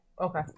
Okay